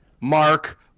mark